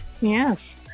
Yes